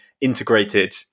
integrated